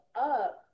up